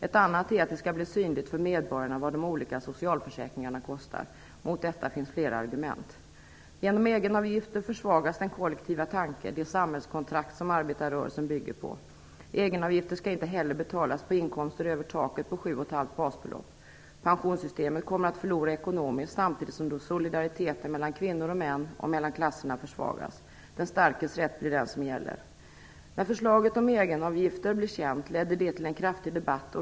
Ett annat skäl är att det skall bli synligt för medborgarna vad de olika socialförsäkringarna kostar. Mot detta finns flera argument. Genom egenavgifter försvagas den kollektiva tanken, det samhällskontrakt som arbetarrörelsen bygger på. Egenavgifter skall inte heller betalas vid inkomster som ligger över taket 7,5 basbelopp. Pensionssystemet kommer att förlora ekonomiskt samtidigt som solidariteten mellan kvinnor och män samt mellan klasserna försvagas. Den starkes rätt blir den som gäller. När förslaget om egenavgifter blev känt ledde det till en kraftig debatt.